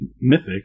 mythic